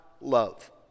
love